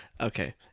Okay